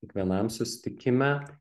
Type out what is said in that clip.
kiekvienam susitikime